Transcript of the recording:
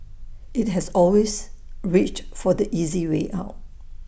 IT has always reached for the easy way out